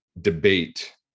debate